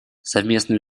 совместные